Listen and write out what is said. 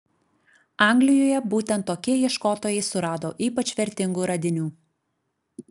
anglijoje būtent tokie ieškotojai surado ypač vertingų radinių